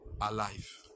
alive